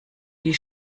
die